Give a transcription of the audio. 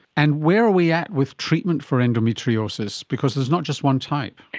and where are we at with treatment for endometriosis? because there is not just one type.